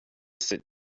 sit